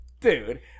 dude